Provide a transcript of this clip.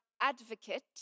advocate